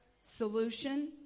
solution